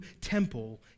temple